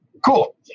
Cool